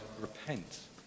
repent